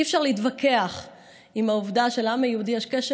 אי-אפשר להתווכח על העובדה שלעם היהודי יש קשר